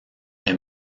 est